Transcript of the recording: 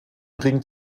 ring